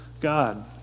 God